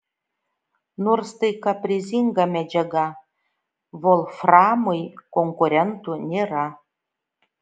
nors tai kaprizinga medžiaga volframui konkurentų nėra